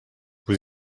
vous